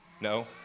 No